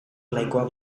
nahikoa